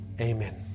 Amen